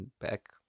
back